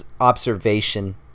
observation